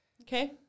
Okay